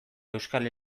euskal